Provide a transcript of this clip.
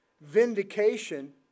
Vindication